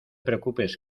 preocupes